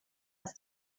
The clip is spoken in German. ist